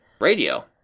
radio